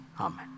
Amen